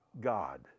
God